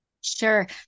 Sure